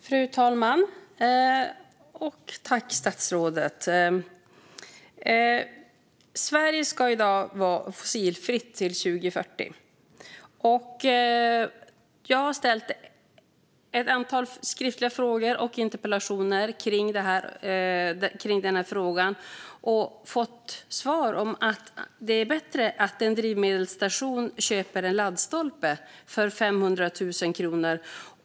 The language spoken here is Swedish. Fru talman! Sverige ska vara fossilfritt till 2040. Jag har ställt ett antal skriftliga frågor och interpellationer kring denna fråga och fått svaret att det är bättre att en drivmedelsstation köper en laddstolpe för 500 000 kronor.